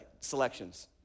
selections